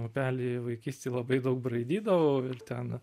upely vaikystėj labai daug braidydavau ir ten